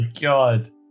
god